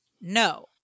no